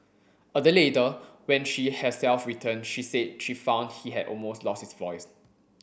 a day later when she herself returned she said she found he had almost lost his voice